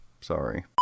Sorry